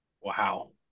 Wow